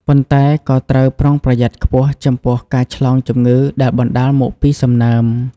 ប៉ុន្តែក៏ត្រូវប្រុងប្រយ័ត្នខ្ពស់ចំពោះការឆ្លងជំងឺដែលបណ្តាលមកពីសំណើម។